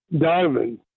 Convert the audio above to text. Diamond